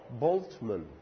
Boltzmann